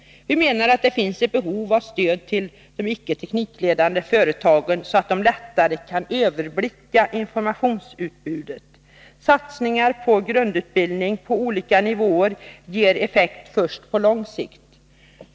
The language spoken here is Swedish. Vi menar att det finns ett behov av stöd till de icke teknikledande företagen, så att de lättare kan överblicka informationsutbudet. Satsningar på grundutbildning på olika nivåer ger effekt först på lång sikt.